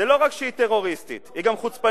זה לא רק שהיא טרוריסטית, היא גם חוצפנית,